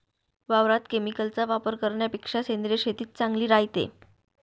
वावरात केमिकलचा वापर करन्यापेक्षा सेंद्रिय शेतीच चांगली रायते